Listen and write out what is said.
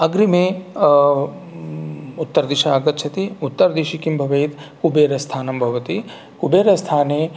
अग्रिमे उत्तरदिशा आगच्छति उत्तरदिशि किं भवेत् कुबेरस्थानं भवति कुबेरस्थाने